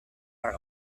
are